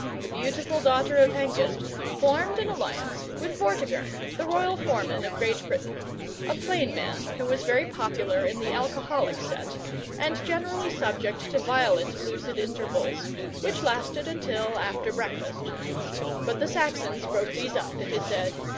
the beautiful daughter of hengist formed an alliance with vortigern, the royal foreman of great britain a plain man who was very popular in the alcoholic set and generally subject to violent lucid intervals which lasted until after breakfast but the saxons broke these up, it is said,